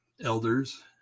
elders